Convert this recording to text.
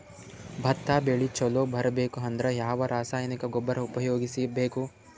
ಭತ್ತ ಬೆಳಿ ಚಲೋ ಬರಬೇಕು ಅಂದ್ರ ಯಾವ ರಾಸಾಯನಿಕ ಗೊಬ್ಬರ ಉಪಯೋಗಿಸ ಬೇಕು?